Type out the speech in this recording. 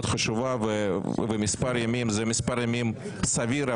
חשובה ומספר ימים זה מספר ימים סביר,